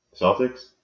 Celtics